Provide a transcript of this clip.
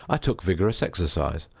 i took vigorous exercise.